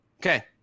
Okay